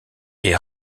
est